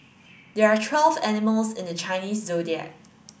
there are twelve animals in the Chinese Zodiac